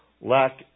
lack